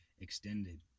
extended